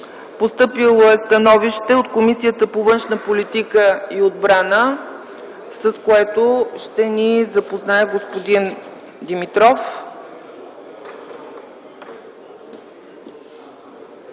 Постъпило е становище от Комисията по външна политика и отбрана, с което ще ни запознае господин Димитров.